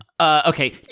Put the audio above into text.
Okay